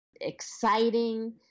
exciting